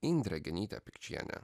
indrė genytė pikčienė